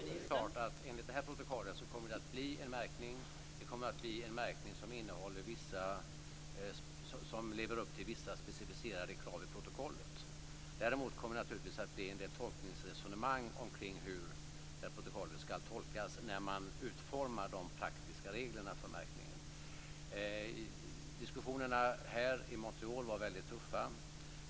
Fru talman! Enligt det här protokollet kommer det att bli en märkning som lever upp till vissa specificerade krav i protokollet. Däremot kommer det naturligtvis att bli en del resonemang omkring hur protokollet ska tolkas när man utformar de praktiska reglerna för märkningen. Diskussionerna i Montreal var mycket tuffa.